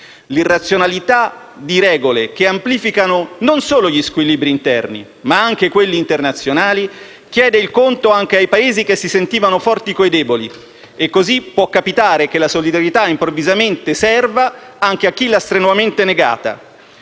L'irrazionalità di regole che amplificano non solo gli squilibri interni, ma anche quelli internazionali chiede il conto anche ai Paesi che si sentivano forti con i deboli. E così può capitare che la solidarietà, improvvisamente, serva anche a chi l'ha strenuamente negata.